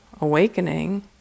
awakening